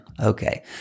Okay